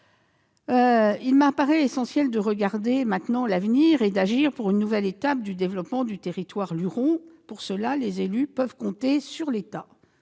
il m'apparaît essentiel de regarder l'avenir et d'agir pour une nouvelle étape du développement du territoire luron. Les élus peuvent compter sur l'État